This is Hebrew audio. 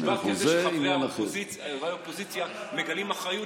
ודיברתי על זה שחברי האופוזיציה מגלים אחריות